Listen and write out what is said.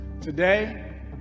Today